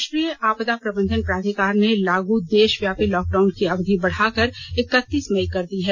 राष्ट्रीय आपादा प्रबंधन प्राधिकार ने लागू देषव्यापी लॉकडाउन की अवधि बढ़ाकर इक्कतीस मई कर दी है